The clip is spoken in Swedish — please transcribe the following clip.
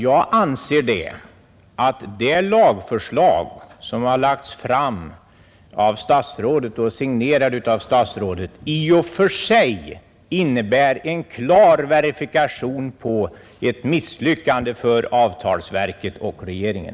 Jag anser nämligen att det lagförslag som signerats av statsrådet i och för sig är en klar verifikation på ett misslyckande för avtalsverket och regeringen.